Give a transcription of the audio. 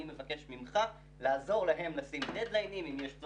אני מבקש ממך לעזור להם לשים לב לעניין ואם יש פה